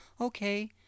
okay